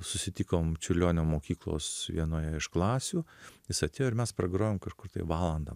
susitikom čiurlionio mokyklos vienoje iš klasių jis atėjo ir mes pragrojom kažkur tai valandą